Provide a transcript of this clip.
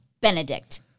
Benedict